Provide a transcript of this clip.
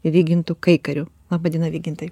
vygintu kaikariu laba diena vygintai